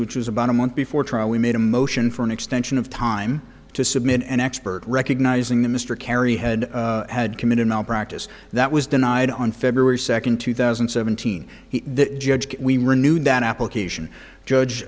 which was about a month before trial we made a motion for an extension of time to submit an expert recognizing the mr kerry had had committed malpractise that was denied on february second two thousand and seventeen the judge we renewed that application judge